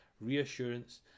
reassurance